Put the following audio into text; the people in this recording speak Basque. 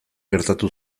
gertatu